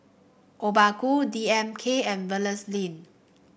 Obaku D M K and